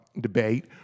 debate